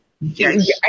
Yes